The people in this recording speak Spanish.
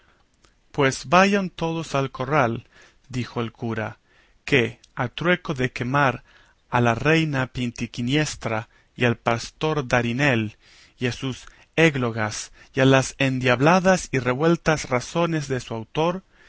pues vayan todos al corral dijo el cura que a trueco de quemar a la reina pintiquiniestra y al pastor darinel y a sus églogas y a las endiabladas y revueltas razones de su autor